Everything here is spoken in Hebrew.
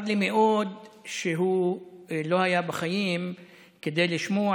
צר לי מאוד שהוא לא היה בחיים כדי לשמוע